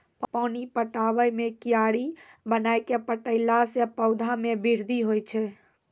पानी पटाबै मे कियारी बनाय कै पठैला से पौधा मे बृद्धि होय छै?